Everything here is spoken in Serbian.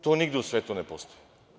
To nigde u svetu ne postoji.